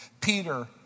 Peter